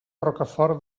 rocafort